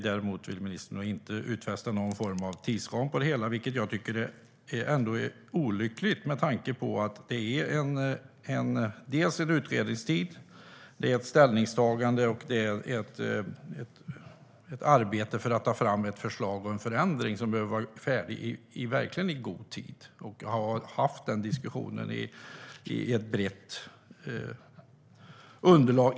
Däremot vill ministern inte göra några utfästelser angående tidsram, vilket jag tycker är olyckligt med tanke på att det är dels en utredningstid, dels ett ställningstagande och ett arbete för att ta fram ett förslag om en förändring som verkligen behöver vara färdigt i god tid.